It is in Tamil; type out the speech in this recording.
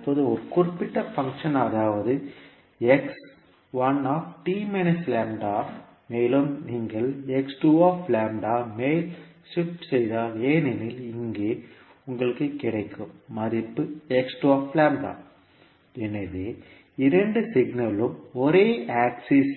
தற்போது ஒரு குறிப்பிட்ட பங்க்ஷன் அதாவது மேலும் நீங்கள் மேல் ஷிப்ட் செய்தால் ஏனெனில் இங்கே உங்களுக்கு கிடைக்கும் மதிப்பு எனவே இரண்டு சிக்னலும் ஒரே ஆக்சிஸ்